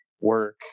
work